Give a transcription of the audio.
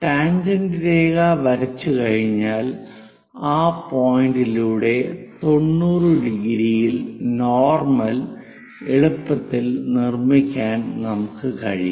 tangent രേഖ വരച്ചുകഴിഞ്ഞാൽ ആ പോയിന്റിലൂടെ 90⁰ ഇൽ നോർമൽ എളുപ്പത്തിൽ നിർമ്മിക്കാൻ നമുക്ക് കഴിയും